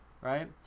right